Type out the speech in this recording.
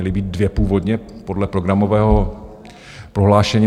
Měly být dvě původně podle programového prohlášení.